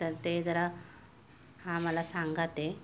तर ते जरा हा मला सांगा ते